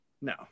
No